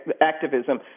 activism